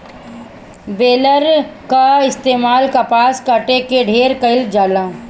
baler कअ इस्तेमाल कपास काटे में ढेर कइल जाला